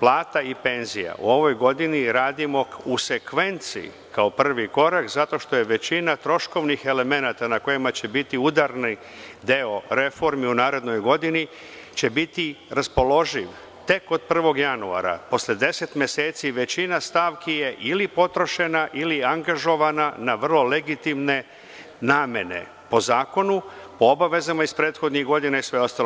plata i penzija u ovoj godini radimo u sekvenci kao prvi korak, zato što većina troškovnih elemenata na kojima će biti udarni deo reformi u narednoj godini će biti raspoloživ tek od 1. januara, posle 10 meseci većina stavki je ili potrošena ili angažovana na vrlo legitimne namene po zakonu, po obavezama iz prethodnih godina i sve ostalo.